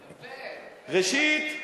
זו שאלה רטורית.